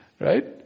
Right